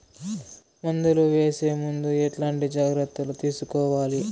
మందులు వేసే ముందు ఎట్లాంటి జాగ్రత్తలు తీసుకోవాలి?